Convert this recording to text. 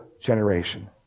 generation